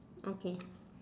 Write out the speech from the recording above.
okay